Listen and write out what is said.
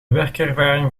werkervaring